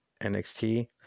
NXT